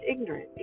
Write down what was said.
ignorant